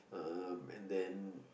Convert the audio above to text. um and then